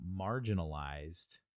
marginalized